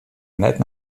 net